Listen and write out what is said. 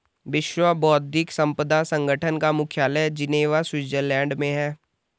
विश्व बौद्धिक संपदा संगठन का मुख्यालय जिनेवा स्विट्जरलैंड में है